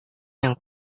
yang